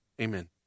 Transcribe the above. Amen